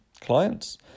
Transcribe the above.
clients